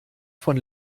von